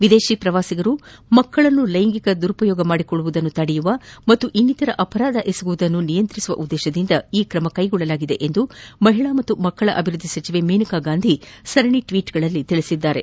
ವಿದೇತಿ ಪ್ರವಾಸಿಗರು ಮಕ್ಕಳನ್ನು ಲೈಂಗಿಕ ದುರ್ಬಳಕೆ ಮಾಡಿಕೊಳ್ಳುವುದನ್ನು ತಡೆಯುವ ಹಾಗೂ ಇನ್ನಿತರ ಅಪರಾಧ ಎಸಗುವುದನ್ನು ನಿಯಂತ್ರಿಸುವ ಉದ್ದೇಶದಿಂದ ಈ ಕ್ರಮ ಕ್ಟೆಗೊಳ್ಳಲಾಗಿದೆ ಎಂದು ಮಹಿಳಾ ಮತ್ತು ಮಕ್ಕಳ ಅಭಿವೃದ್ದಿ ಸಚಿವೆ ಮೇನಕಾಗಾಂಧಿ ಸರಣಿ ಟ್ವೀಟ್ಗಳಲ್ಲಿ ತಿಳಿಸಿದ್ದಾರೆ